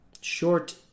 short